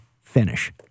finish